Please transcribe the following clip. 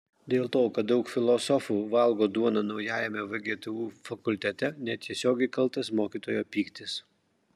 dėl to kad daug filosofų valgo duoną naujajame vgtu fakultete netiesiogiai kaltas mokytojo pyktis